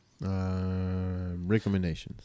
Recommendations